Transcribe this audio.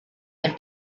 the